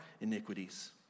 iniquities